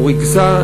או ריכזה,